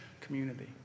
community